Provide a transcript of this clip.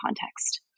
context